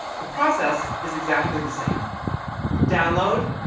the process is exactly the same download,